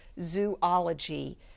Zoology